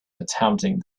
attempting